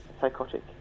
psychotic